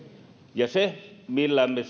ja se millä me